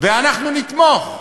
ואנחנו נתמוך,